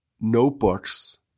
notebooks